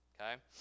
Okay